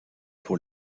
pour